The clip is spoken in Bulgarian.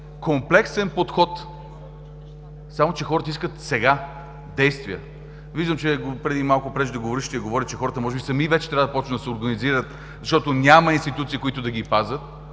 комплексен подход. Само че хората искат сега действия. Виждам, че преди малко преждеговорившият каза, че хората може би сами вече трябва да почнат да се организират, защото няма институции, които да ги пазят.